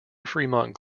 fremont